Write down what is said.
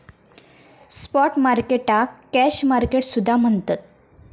spot मार्केटाक cash market सुद्धा म्हणतत